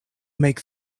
make